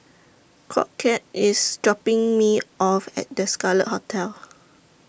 Crockett IS dropping Me off At The Scarlet Hotel